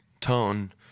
tone